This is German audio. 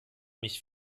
mich